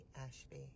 Ashby